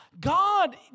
God